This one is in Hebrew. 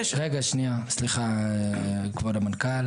סליחה, כבוד המנכ"ל.